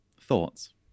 Thoughts